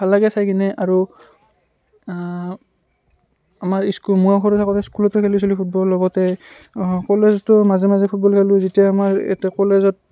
ভাল লাগে চাই কিনে আৰু আমাৰ স্কুল মই সৰু থাকোঁতে স্কুলতো খেলিছিলো ফুটবলৰ লগতে কলেজতো মাজে মাজে ফুটবল খেলোঁ যেতিয়া আমাৰ ইয়াতে কলেজত